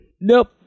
Nope